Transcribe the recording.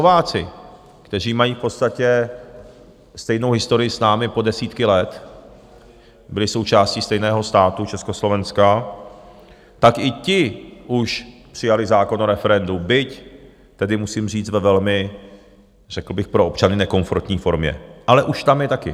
Slováci, kteří mají v podstatě stejnou historii s námi po desítky let, byli součástí stejného státu, Československa, tak i ti už přijali zákon o referendu, byť tedy musím říct, ve velmi řekl bych pro občany nekomfortní formě, ale už tam je taky.